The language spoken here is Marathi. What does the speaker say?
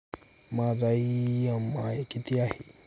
माझा इ.एम.आय किती आहे?